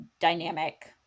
dynamic